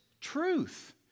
truth